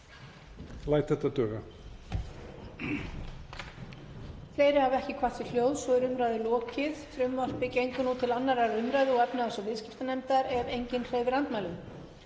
læt þetta duga.